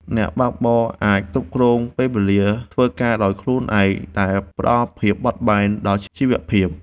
អ្នកបើកបរអាចគ្រប់គ្រងពេលវេលាធ្វើការដោយខ្លួនឯង ដែលផ្ដល់ភាពបត់បែនដល់ជីវភាព។